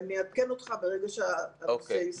אעדכן אותך ברגע שהנושא ייסגר.